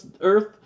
Earth